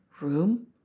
room